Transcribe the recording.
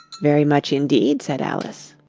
very much indeed said alice.